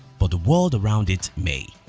but the world around it may.